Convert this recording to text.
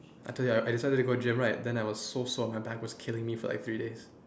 I told you I decided to go gym right then I was so sore my back was killing me for like three days